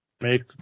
make